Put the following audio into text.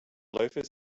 loafers